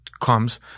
comes